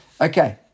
Okay